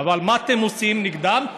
אבל מה אתם עושים נגדם?